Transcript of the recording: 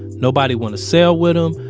nobody want to cell with them,